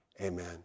Amen